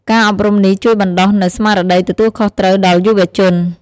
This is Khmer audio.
ការអប់រំនេះជួយបណ្ដុះនូវស្មារតីទទួលខុសត្រូវ ដល់យុវជន។